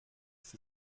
ist